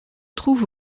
trouve